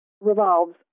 revolves